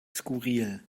skurril